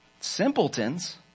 simpletons